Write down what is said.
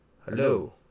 Hello